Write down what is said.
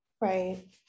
right